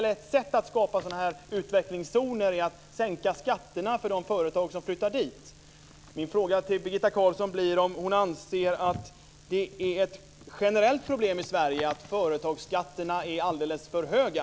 Ett sätt att skapa utvecklingszoner är att sänka skatterna för de företag som flyttar dit. Min fråga till Birgitta Carlsson blir om hon anser att det är ett generellt problem i Sverige att företagsskatterna är alldeles för höga.